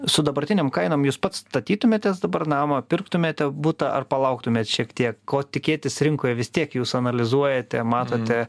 su dabartinėm kainom jūs pats statytumėtės dabar namą pirktumėte butą ar palauktumėt šiek tiek ko tikėtis rinkoje vis tiek jūs analizuojate matote